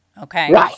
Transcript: Okay